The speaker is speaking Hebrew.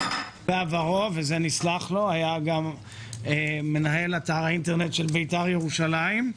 בעבר ועל זה נסלח לו הוא היה גם מנהל אתר האינטרנט של ביתר ירושלים.